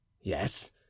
Yes